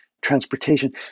transportation